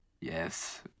Yes